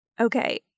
Okay